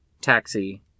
Taxi